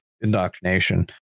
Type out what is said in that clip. indoctrination